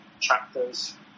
chapters